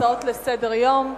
הצעות לסדר-היום.